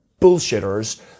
bullshitters